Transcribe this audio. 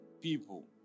people